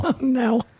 no